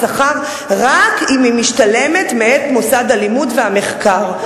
שכר רק אם היא משתלמת מאת מוסד הלימוד והמחקר.